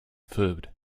food